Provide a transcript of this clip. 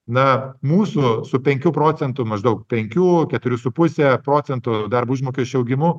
na mūsų su penkių procentų maždaug penkių keturių su puse procento darbo užmokesčio augimu